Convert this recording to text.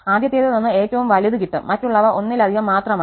ആദ്യത്തേതിൽ നിന്ന് ഏറ്റവും വലുത് കിട്ടും മറ്റുള്ളവ ഒന്നിലധികം മാത്രമാണ്